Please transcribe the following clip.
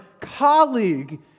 colleague